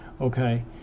okay